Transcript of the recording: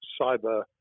cyber